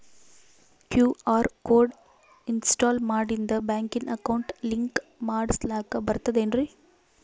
QR code install ಮಾಡಿಂದ ಬ್ಯಾಂಕಿನ account link ಮಾಡಸ್ಲಾಕ ಬರ್ತದೇನ್ರಿ